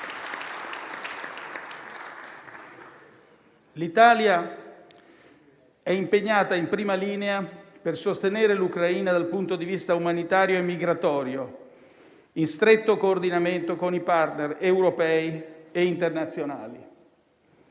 L'Italia è impegnata in prima linea per sostenere l'Ucraina dal punto di vista umanitario e migratorio, in stretto coordinamento con i *partner* europei e internazionali.